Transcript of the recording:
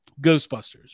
Ghostbusters